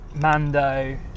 Mando